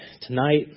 tonight